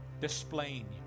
displaying